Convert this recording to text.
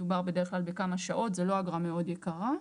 מדובר בדרך כלל בכמה שעות, זה לא אגרה מאוד יקרה.